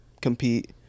compete